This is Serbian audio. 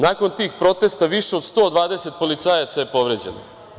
Nakon tih protesta više od 120 policajaca je povređeno.